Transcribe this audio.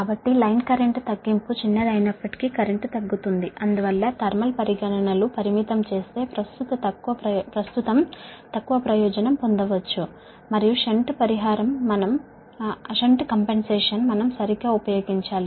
కాబట్టి line current తగ్గింపు చిన్నది అయినప్పటికీ కరెంట్ తగ్గుతుంది అందువల్ల థర్మల్ పరిగణనలు పరిమితం చేస్తే ప్రస్తుతం తక్కువ ప్రయోజనం పొందవచ్చు మరియు షంట్ పరిహారం మనం సరిగ్గా ఉపయోగించాలి